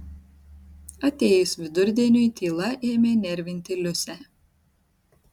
atėjus vidurdieniui tyla ėmė nervinti liusę